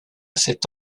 cet